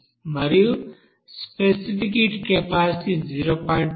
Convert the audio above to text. మరియు specific heat capacity 0